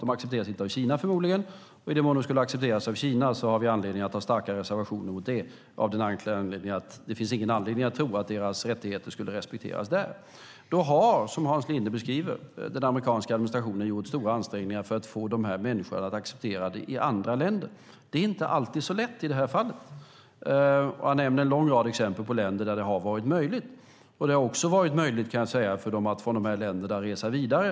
De accepteras förmodligen inte av Kina, och i den mån de skulle accepteras av Kina har vi anledning att ha starka reservationer mot det. Det finns ingen anledning att tro att deras rättigheter skulle respekteras där. Då har, som Hans Linde beskriver, den amerikanska administrationen gjort stora ansträngningar för att få dessa människor accepterade i andra länder. Det är inte så lätt i det här fallet. Han nämner en lång rad exempel på länder där det har varit möjligt. Det har också varit möjligt att från dessa länder resa vidare.